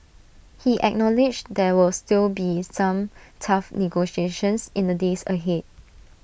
he acknowledged there will still be some tough negotiations in the days ahead